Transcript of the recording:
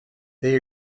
they